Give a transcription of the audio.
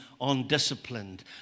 undisciplined